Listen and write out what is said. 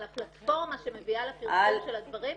על הפלטפורמה שמביאה לפרסום של הדברים.